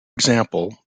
example